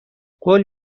قول